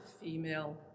female